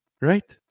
Right